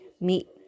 meet